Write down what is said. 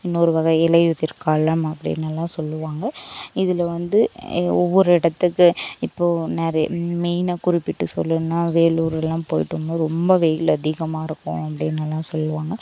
இன்னொரு வகை இலையுதிர் காலம் அப்படினெல்லாம் சொல்லுவாங்கள் இதில் வந்து எ ஒவ்வொரு இடத்துக்கு இப்போது நிறை மெயினா குறிப்பிட்டு சொல்லணுன்னா வேலூர் எல்லாம் போயிட்டு வந்தால் ரொம்ப வெயில் அதிகமாக இருக்கும் அப்படினெல்லாம் சொல்லுவாங்கள்